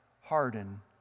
harden